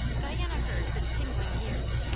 diana heard with tingling ears,